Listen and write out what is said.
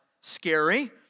scary